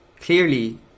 Clearly